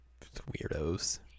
Weirdos